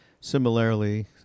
Similarly